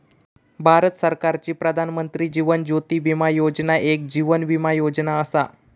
भारत सरकारची प्रधानमंत्री जीवन ज्योती विमा योजना एक जीवन विमा योजना असा